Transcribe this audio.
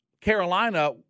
Carolina